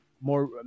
more